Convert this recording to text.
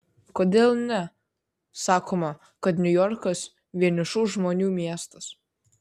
kodėl ne sakoma kad niujorkas vienišų žmonių miestas